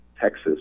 Texas